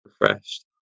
refreshed